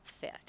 fit